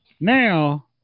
Now